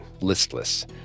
listless